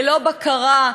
ללא בקרה.